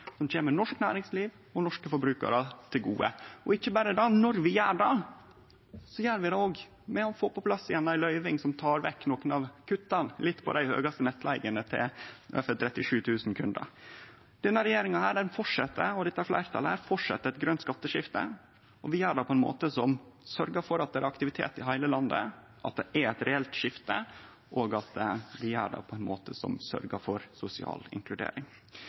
som kjem norsk næringsliv og norske forbrukarar til gode. Og ikkje berre det: Når vi gjer det, gjer vi det òg med å få på plass igjen ei løyving som tek vekk nokre av kutta, litt på dei høgaste nettleigene til 37 000 kundar. Denne regjeringa – og dette fleirtalet – fortset eit grønt skatteskifte, og vi gjer det på ein måte som sørgjer for at det er aktivitet i heile landet, at det er eit reelt skifte, og at vi gjer det på ein måte som sørgjer for sosial inkludering.